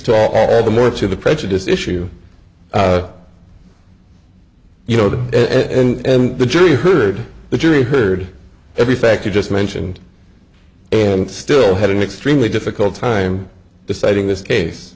to all the more to the prejudice issue you know the s and the jury heard the jury heard every fact you just mentioned and still had an extremely difficult time deciding this case